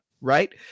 right